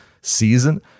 season